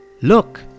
Look